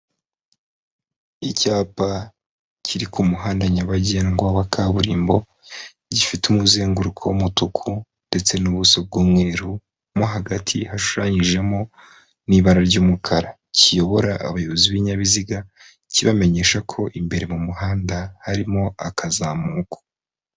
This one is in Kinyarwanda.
Icyapa kiri ku muhanda nyabagendwa wa kaburimbo gifite umuzenguruko w'umutuku ndetse n'ubuso bw'umweru, mo hagati hashushanyijemo n'ibara ry'umukara, kiyobora abayobozi b'ibinyabiziga kibamenyesha ko imbere mu muhanda harimo akazamuko.